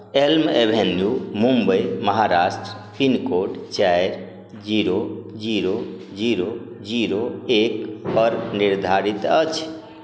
Elm Avenue Mumbai Maharashtra pincode चारि zero zero zero zero एकपर निर्धारित अछि